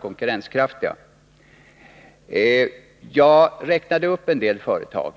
konkurrenskraftiga priser. Jag räknade upp en del företag.